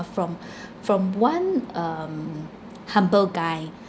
from from one um humble guy